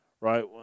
Right